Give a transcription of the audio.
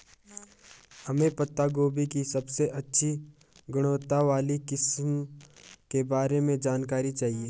हमें पत्ता गोभी की सबसे अच्छी गुणवत्ता वाली किस्म के बारे में जानकारी चाहिए?